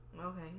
Okay